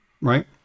right